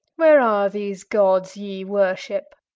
where are these gods ye worship?